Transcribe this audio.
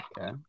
Okay